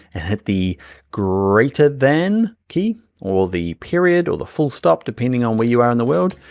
and hit the greater than key or the period or the full stop, depending on where you are in the world,